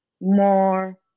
more